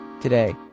Today